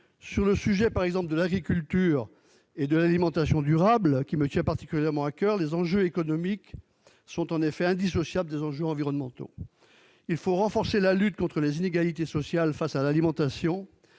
Sur le sujet, par exemple, de l'agriculture et de l'alimentation durables, qui me tient particulièrement à coeur, les enjeux économiques sont effectivement indissociables des enjeux environnementaux. Il faut renforcer la lutte contre les inégalités sociales face à l'alimentation